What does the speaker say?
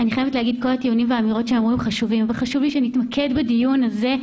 אני חייבת להגיד שכל הדברים שנאמרו חשובים אבל חשוב שנתמקד בדיון הזה.